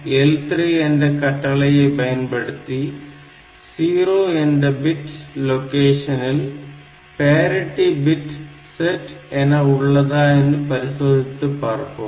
0L3 என்ற கட்டளையை பயன்படுத்தி 0 என்ற பிட் லொகேஷனில் பேரிட்டி பிட் செட் என உள்ளதா என்று பரிசோதித்துப் பார்ப்போம்